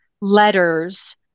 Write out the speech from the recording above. letters